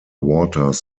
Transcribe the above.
waters